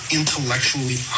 intellectually